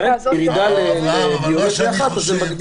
אני מודה